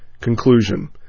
Conclusion